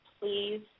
please